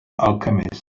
alchemist